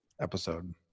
episode